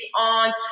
on